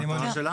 זו המטרה שלנו.